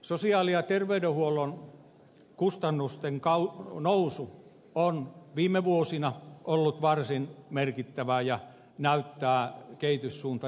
sosiaali ja terveydenhuollon kustannusten nousu on viime vuosina ollut varsin merkittävää ja kehityssuunta näyttää jatkuvan